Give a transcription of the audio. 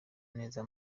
neza